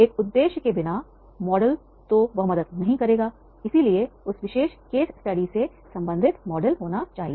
एक उद्देश्य के बिना मॉडल तो वह मदद नहीं करेगाइसलिए उस विशेष केस स्टडी से संबंधित मॉडल होना चाहिए